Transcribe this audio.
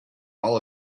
all